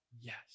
Yes